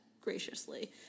graciously